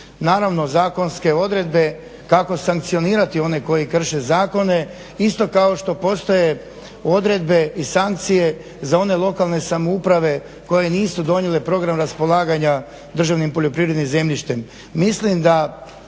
naravno zakonske odredbe kako sankcionirati one koji krše zakone. Isto kao što postoje odredbe i sankcije za one lokalne samouprave koje nisu donijele Program raspolaganja državnim poljoprivrednim zemljištem. Mislim da